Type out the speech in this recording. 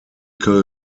law